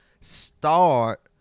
start